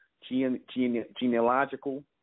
Genealogical